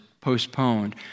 postponed